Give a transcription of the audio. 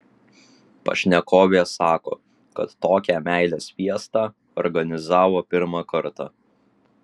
pašnekovė sako kad tokią meilės fiestą organizavo pirmą kartą